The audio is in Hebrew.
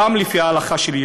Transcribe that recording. גם לפי ההלכה שלי,